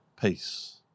Peace